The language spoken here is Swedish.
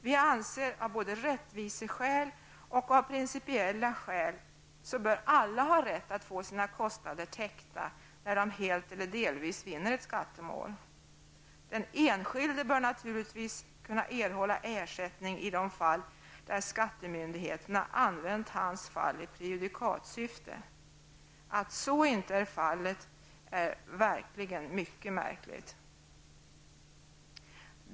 Vi anser av både rättviseskäl och principiella skäl att alla bör ha rätt att få sina kostnader täckta, när de helt eller delvis vinner ett skattemål. Den enskilde bör naturligtvis även kunna erhålla ersättning i de fall där skattemyndigheterna använt hans fall i prejudikatsyfte. Att så inte är fallet är verkligen mycket märkligt.